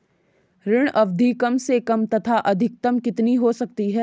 ऋण अवधि कम से कम तथा अधिकतम कितनी हो सकती है?